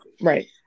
right